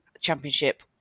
championship